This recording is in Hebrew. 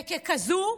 ככזאת,